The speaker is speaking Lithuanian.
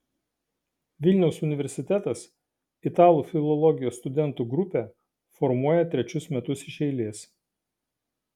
vilniaus universitetas italų filologijos studentų grupę formuoja trečius metus iš eilės